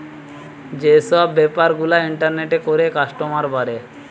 যে সব বেপার গুলা ইন্টারনেটে করে কাস্টমার বাড়ে